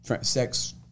sex